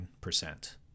percent